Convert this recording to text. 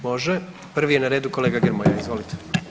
Može, prvi je na redu kolega Grmoja, izvolite.